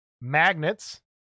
magnets